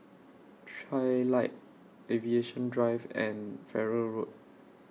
Trilight Aviation Drive and Farrer Road